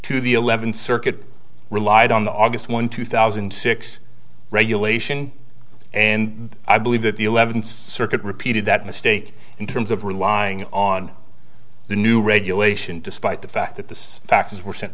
to the eleventh circuit relied on the august one two thousand and six and i believe that the eleventh circuit repeated that mistake in terms of relying on the new regulation despite the fact that the faxes were sent